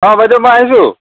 অ' বাইদেউ মই আহিছোঁ